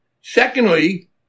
Secondly